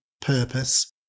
purpose